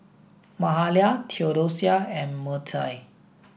Mahalia Theodosia and Mertie